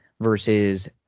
versus